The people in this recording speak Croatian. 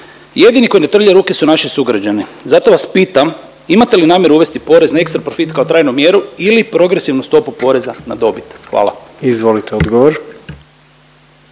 Jedini koji ne trlja ruke su naši sugrađani, zato vas pitam imate li namjeru uvesti porez na ekstra profit kao trajnu mjeru ili progresivnu stopu poreza na dobit? Hvala. **Jandroković,